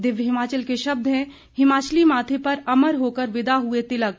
दिव्य हिमाचल के शब्द हैं हिमाचली माथे पर अमर होकर विदा हुए तिलक